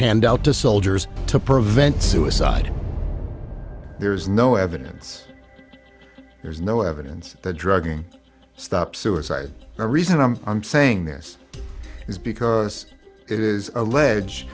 hand out to soldiers to prevent suicide there's no evidence there's no evidence that drugging stop suicide a reason i'm i'm saying this is because it is allege